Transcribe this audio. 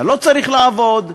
אתה לא צריך לעבוד,